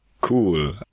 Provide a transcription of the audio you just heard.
Cool